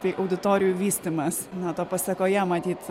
tai auditorijų vystymas na ta pasakoje matyt